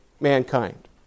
Mankind